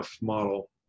model